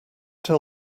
tell